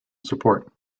support